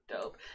dope